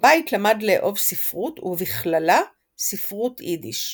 בבית למד לאהוב ספרות ובכללה ספרות יידיש.